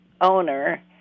owner